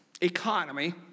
economy